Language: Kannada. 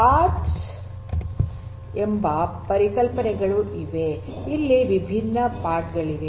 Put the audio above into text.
ಪಾಡ್ಸ್ ಎಂಬ ಪರಿಕಲ್ಪನೆಗಳು ಇವೆ ಇಲ್ಲಿ ವಿಭಿನ್ನ ಪಾಡ್ ಗಳಿವೆ